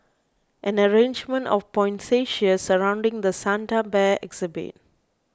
an arrangement of poinsettias surrounding the Santa Bear exhibit